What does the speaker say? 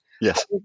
yes